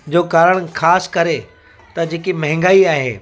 जो कारण ख़ासि करे त जेकी महांगाई आहे